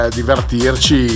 divertirci